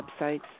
websites